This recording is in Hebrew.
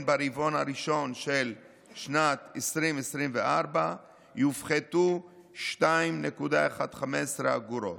ברבעון הראשון של שנת 2024 יופחתו 2.15 אגורות.